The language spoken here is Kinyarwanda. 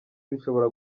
bishobora